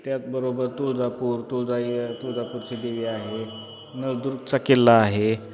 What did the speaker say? त्याचबरोबर तुळजापूर तुळजाई तुळजापूरची देवी आहे नवदुर्गचा किल्ला आहे